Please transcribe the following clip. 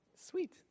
sweet